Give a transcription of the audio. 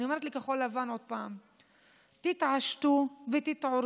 אני אומרת לכחול לבן עוד פעם: תתעשתו ותתעוררו.